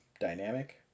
dynamic